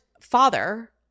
father